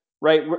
right